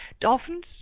dolphins